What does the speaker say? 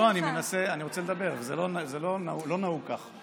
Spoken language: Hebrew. לא, אני רוצה לדבר, וזה לא נהוג כך.